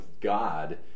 God